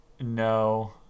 No